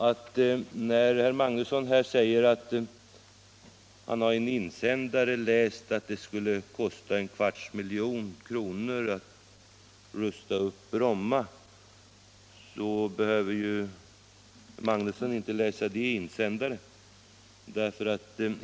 Herr Magnusson sade att han i en insändare läst att det skulle kosta en kvarts miljard kronor att rusta upp Bromma. Det behöver inte herr Magnusson läsa i insändare.